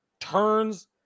turns